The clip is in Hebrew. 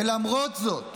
ולמרות זאת